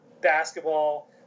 basketball